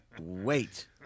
wait